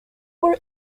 were